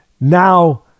now